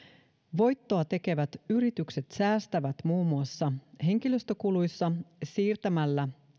voittoa tekevät yritykset säästävät muun muassa henkilöstökuluissa siirtämällä